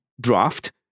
draft